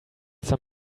some